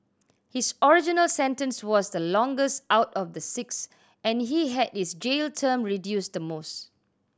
his original sentence was the longest out of the six and he had his jail term reduced the most